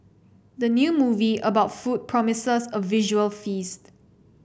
the new movie about food promises a visual feast